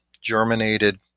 germinated